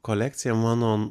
kolekcija mano